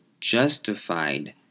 justified